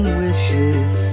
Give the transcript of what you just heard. wishes